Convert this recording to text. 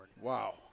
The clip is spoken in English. Wow